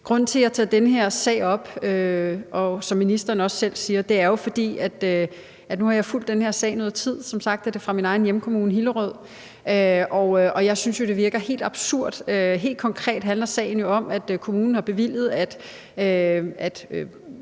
Grunden til, at jeg tager den her sag op, er jo, som ministeren også selv siger, at jeg nu har fulgt den i noget tid. Som sagt er det fra min egen hjemkommune, Hillerød, og jeg synes, det virker helt absurd. Helt konkret handler sagen jo om, at kommunen har bevilget, at